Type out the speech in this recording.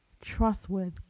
trustworthy